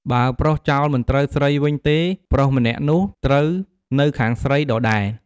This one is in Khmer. បើប្រុសចោល មិនត្រូវស្រីវិញទេ ប្រុសម្នាក់នោះត្រូវនៅខាងស្រីដដែល។